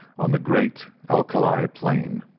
on the great alkali plain.